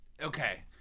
Okay